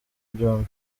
byombi